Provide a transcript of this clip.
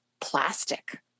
plastic